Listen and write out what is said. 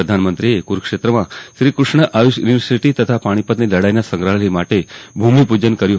પ્રધાનમંત્રીએ કુરૂક્ષેત્રમાં શ્રીકૃષ્ણ આયુષ યુનિવર્સિટી તથા પાણીપતની લડાઇના સંગ્રહાલય માટે પણ ભૂમિપુજન કર્યું